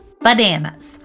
bananas